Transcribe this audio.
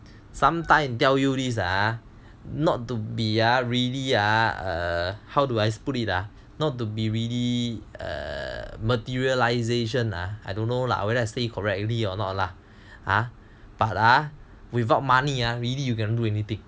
sometimes you this ah not to be ah really ah err how do I say put it ah not to be really err materialisation ah I don't know lah whether I say it correctly ah but ah without money ah really you cannot do anything